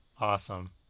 Awesome